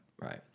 Right